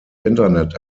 internet